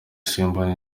simbona